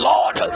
Lord